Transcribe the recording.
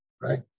right